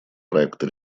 проекта